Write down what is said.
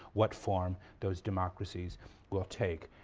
what form those democracies will take.